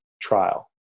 trial